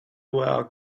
will